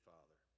Father